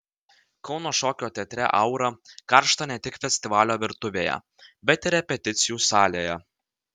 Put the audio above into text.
kauno šokio teatre aura karšta ne tik festivalio virtuvėje bet ir repeticijų salėje